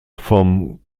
vom